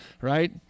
right